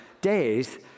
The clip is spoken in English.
days